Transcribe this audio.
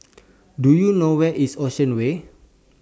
Do YOU know Where IS Ocean Way